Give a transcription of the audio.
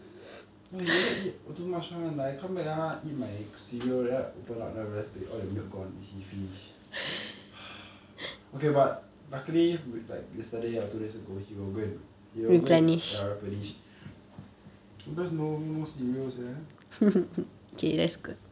no he everytime eat always too much [one] like I come back ah eat my cereal then I open up then I realise eh all the milk gone is he finish is he finish okay but luckily like yesterday or two days ago ya he will go and replenish sometimes no no cereal sia